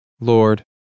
Lord